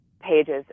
pages